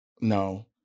No